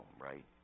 right